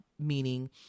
meaning